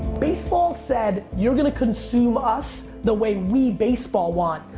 baseball said you're gonna consume us the way we baseball want,